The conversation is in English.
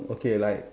okay like